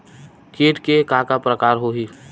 कीट के का का प्रकार हो होही?